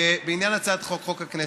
בעניין הצעת חוק הכנסת.